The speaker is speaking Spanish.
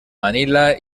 manila